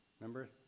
Remember